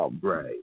Right